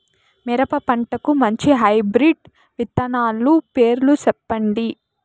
మిరప పంటకు మంచి హైబ్రిడ్ విత్తనాలు పేర్లు సెప్పండి?